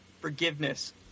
forgiveness